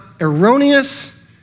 erroneous